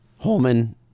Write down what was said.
Holman